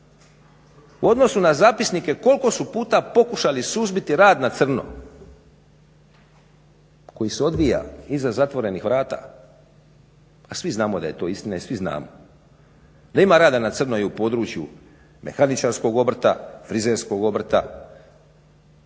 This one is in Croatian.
U odnosu na zapisnike koliko su puta pokušali suzbiti rad na crno koji se odvija iza zatvorenih vrata a svi znamo da je to istina. I svi znamo da ima rada na crno i u području mehaničarskog obrta, frizerskog obrta,